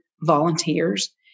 volunteers